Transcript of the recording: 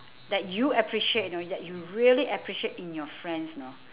that you appreciate you know that you really appreciate in your friends you know